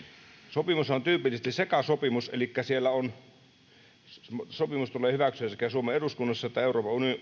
sopimushan on tyypillisesti sekasopimus elikkä sopimus tulee hyväksyä sekä suomen eduskunnassa että euroopan